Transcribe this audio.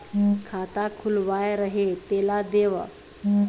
खाता खुलवाय रहे तेला देव?